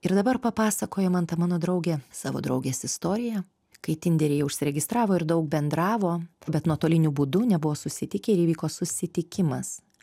ir dabar papasakojo man ta mano draugė savo draugės istoriją kai tinderyje užsiregistravo ir daug bendravo bet nuotoliniu būdu nebuvo susitikę ir įvyko susitikimas